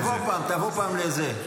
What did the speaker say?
תבוא פעם, תבוא פעם לזה.